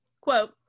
quote